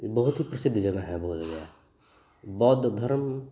बहुत ही प्रसिद्ध जगह है बोधगया बौद्ध धरम